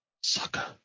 Sucker